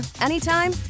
anytime